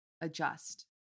adjust